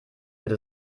wird